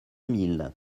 mille